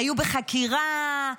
היו בחקירה?